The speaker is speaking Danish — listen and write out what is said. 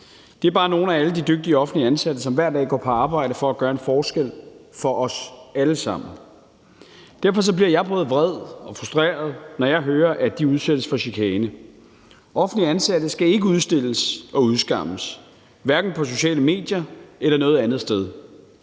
er bare nogle af alle de dygtige offentligt ansatte, som hver dag går på arbejde for at gøre en forskel for os alle sammen. Derfor bliver jeg både vred og frustreret, når jeg hører, at de udsættes for chikane. Offentligt ansatte skal ikke udstilles og udskammes, hverken på sociale medier eller noget andet sted.